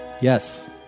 Yes